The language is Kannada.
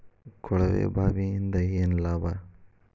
ಕೊಳವೆ ಬಾವಿಯಿಂದ ಏನ್ ಲಾಭಾ?